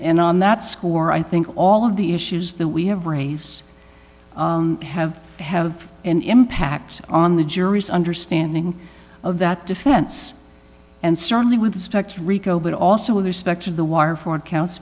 and on that score i think all of the issues that we have raised have have an impact on the juries understanding of that defense and certainly with the specs rico but also with respect to the war four counts